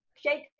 Shake